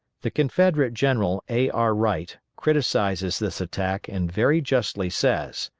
the confederate general a. r. wright criticises this attack and very justly says,